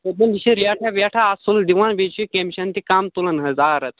دوٚپُن یہِ چھِ ریٹھاہ ویٹھاہ اصٕل دِوان بیٚیہِ چھِ یہِ کیمشن تہِ کم تُلان حظ